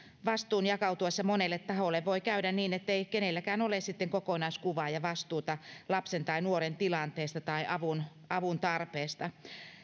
vastuun jakautuessa monelle taholle voi käydä niin ettei kenelläkään ole sitten kokonaiskuvaa ja vastuuta lapsen tai nuoren tilanteesta tai avuntarpeesta